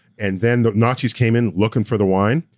and then the nazi's came in looking for the wine,